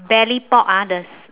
belly pork ah the